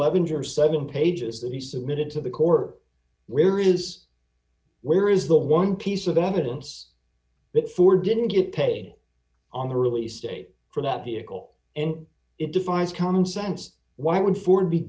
lavender seven pages that he submitted to the court where is where is the one piece of evidence that for didn't get paid on the release date for that vehicle and it defies common sense why would ford be